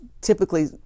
typically